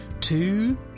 two